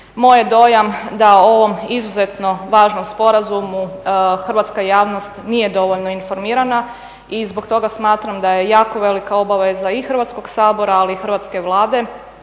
Moj je dojam da o ovom izuzetno važnom sporazumu hrvatska javnost nije dovoljno informirana i zbog toga smatram da je jako velika obaveza i Hrvatskog sabora ali i hrvatske Vlade